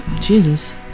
Jesus